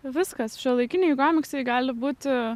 viskas šiuolaikiniai komiksai gali būti